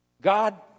God